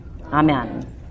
Amen